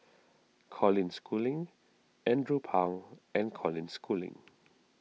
Colin Schooling Andrew Phang and Colin Schooling